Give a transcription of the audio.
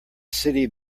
city